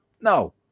No